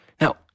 Now